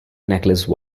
necklace